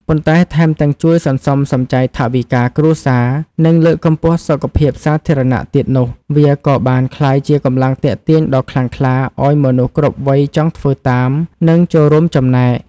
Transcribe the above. ប៉ុន្តែថែមទាំងជួយសន្សំសំចៃថវិកាគ្រួសារ និងលើកកម្ពស់សុខភាពសាធារណៈទៀតនោះ វាក៏បានក្លាយជាកម្លាំងទាក់ទាញដ៏ខ្លាំងក្លាឱ្យមនុស្សគ្រប់វ័យចង់ធ្វើតាម និងចូលរួមចំណែក។